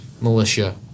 militia